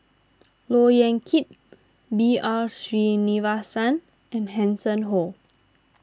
Look Yan Kit B R Sreenivasan and Hanson Ho